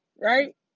right